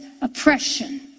oppression